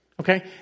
okay